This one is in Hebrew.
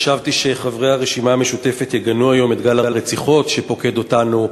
חשבתי שחברי הרשימה המשותפת יגנו היום את גל הרציחות שפוקד אותנו,